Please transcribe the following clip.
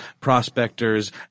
prospectors